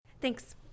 Thanks